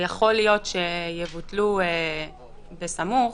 שיכול להיות שיבוטלו בסמוך,